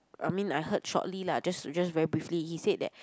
I mean I heard shortly lah just just very briefly he said that